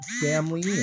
family